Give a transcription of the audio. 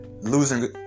losing